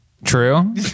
True